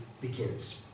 begins